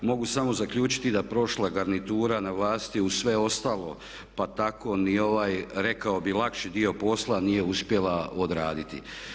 Mogu samo zaključiti da prošla garnitura na vlasti uz sve ostalo pa tako ni ovaj rekao bih lakši dio posla nije uspjela odraditi.